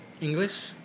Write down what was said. English